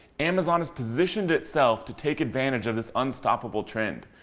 amazon has positioned itself to take advantage of this unstoppable trend.